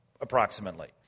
approximately